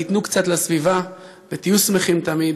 תנו קצת לסביבה ותהיו שמחים תמיד.